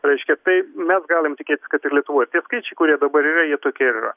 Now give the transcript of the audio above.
reiškia tai mes galim tikėtis kad lietuvoj skaičiai kurie dabar yra jie tokie ir yra